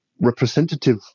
representative